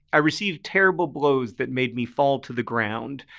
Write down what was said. i received terrible blows that made me fall to the ground.